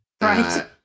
Right